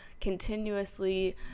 continuously